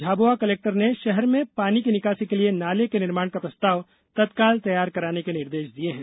Jhabua collector ने शहर में पानी की निकासी के लिए नाले के निर्माण का प्रस्ताव तत्काल तैयार कराने के निर्देश दिये है